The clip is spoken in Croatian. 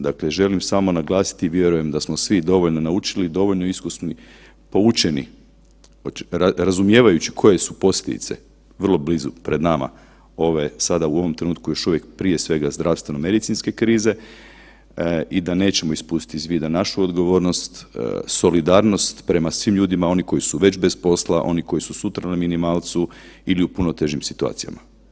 Dakle, želim samo naglasiti i vjerujem da smo svi dovoljno naučili, dovoljno iskusni, poučeni, razumijevajući koje su posljedice vrlo blizu pred nama ove sada u ovom trenutku još uvijek, prije svega zdravstveno medicinske krize i da nećemo ispustiti iz vida našu odgovornost, solidarnost prema svim ljudima, oni koji su već bez posla, oni koji su sutra na minimalcu ili u puno težim situacijama.